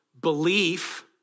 Belief